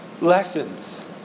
lessons